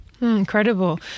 Incredible